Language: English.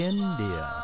India